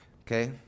okay